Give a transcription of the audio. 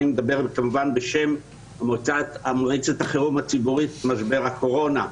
אני מדבר כמובן בשם מועצת החירום הציבורית במשבר הקורונה.